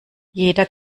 jeder